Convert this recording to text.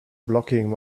blocking